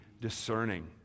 discerning